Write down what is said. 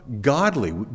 godly